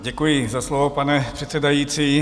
Děkuji za slovo, pane předsedající.